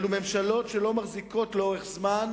אלו ממשלות שלא מחזיקות לאורך זמן.